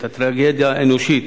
את הטרגדיות האנושיות,